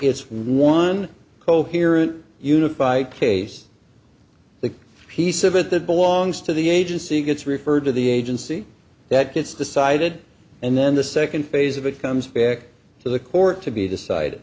it's one coherent unified case the piece of it that belongs to the agency gets referred to the agency that gets decided and then the second phase of it comes back to the court to be decide